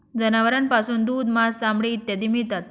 जनावरांपासून दूध, मांस, चामडे इत्यादी मिळतात